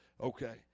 Okay